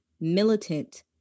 militant